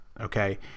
okay